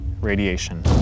radiation